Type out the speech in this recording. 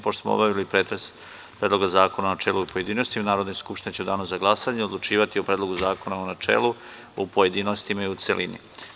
Pošto smo obavili pretres Predloga zakona u načelu i pojedinostima, Narodna skupština će u Danu za glasanje odlučivati o Predlogu zakona u načelu, u pojedinostima i u celini.